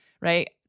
right